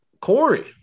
Corey